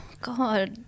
God